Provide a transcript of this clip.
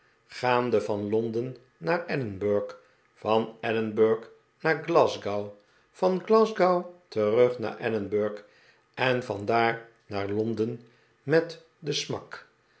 gaande van londen naar edinburg van edinburg naar glasgow van glasgow terug naar edinburg en van daar naar londen met de smak